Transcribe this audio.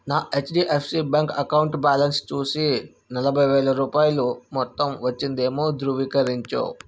నా HDFC bank account balance చూసి నలభై వేల రూపాయలు మొత్తం వచ్చిందేమో ధృవీకరించు